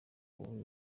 ububi